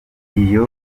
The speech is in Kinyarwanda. niyo